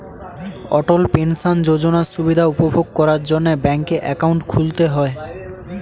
অটল pension যোজনার সুবিধা উপভোগ করার জন্যে ব্যাংকে অ্যাকাউন্ট খুলতে হয়